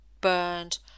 burned